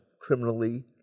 criminally